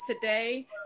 today